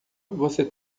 você